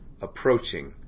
approaching